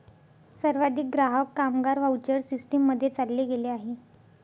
सर्वाधिक ग्राहक, कामगार व्हाउचर सिस्टीम मध्ये चालले गेले आहे